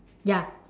ya